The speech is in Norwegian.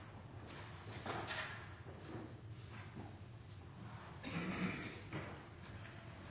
Takk